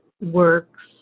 works